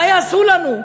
מה יעשו לנו.